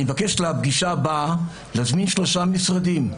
אני אבקש לפגישה הבאה להזמין שלושה משרדים,